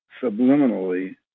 subliminally